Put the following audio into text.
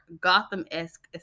Gotham-esque